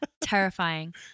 Terrifying